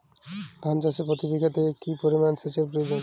ধান চাষে প্রতি বিঘাতে কি পরিমান সেচের প্রয়োজন?